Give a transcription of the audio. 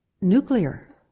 nuclear